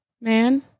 man